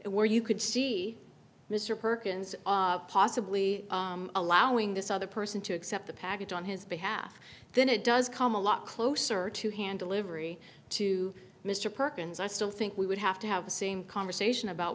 where you could see mr perkins possibly allowing this other person to accept the package on his behalf then it does come a lot closer to handle every to mr perkins i still think we would have to have the same conversation about